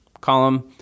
column